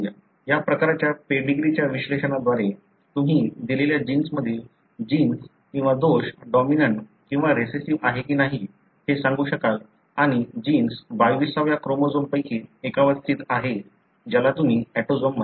या प्रकारच्या पेडीग्रीच्या विश्लेषणाद्वारे तुम्ही दिलेल्या जीन्स मधील जीन्स किंवा दोष डॉमिनंट किंवा रिसेस्सीव्ह आहे की नाही हे सांगू शकाल आणि जीन्स 22 व्या क्रोमोझोम पैकी एकावर स्थित आहे ज्याला तुम्ही ऑटोसोम म्हणता